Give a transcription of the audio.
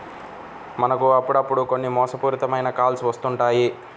మనకు అప్పుడప్పుడు కొన్ని మోసపూరిత మైన కాల్స్ వస్తుంటాయి